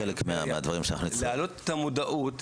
להעלות את המודעות,